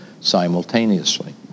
simultaneously